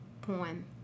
poem